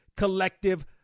Collective